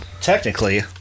Technically